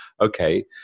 okay